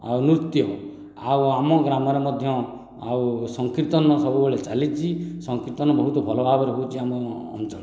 ଆଉ ନୃତ୍ୟ ଆଉ ଆମ ଗ୍ରାମରେ ମଧ୍ୟ ଆଉ ସଂକୀର୍ତ୍ତନ ସବୁବେଳେ ଚାଲିଛି ସଂକୀର୍ତ୍ତନ ବହୁତ ଭଲ ଭାବରେ ହେଉଛି ଆମ ଅଞ୍ଚଳରେ